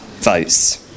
votes